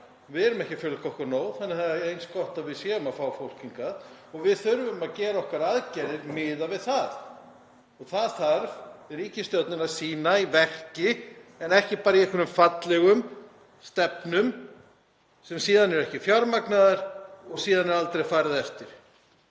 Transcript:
Við erum ekki að fjölga okkur nóg þannig að það er eins gott að við séum að fá fólk hingað og við þurfum að miða okkar aðgerðir við það. Það þarf ríkisstjórnin að sýna í verki en ekki bara í einhverjum fallegum stefnum sem síðan eru ekki fjármagnaðar og aldrei er farið eftir.